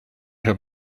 have